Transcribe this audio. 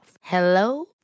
Hello